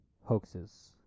hoaxes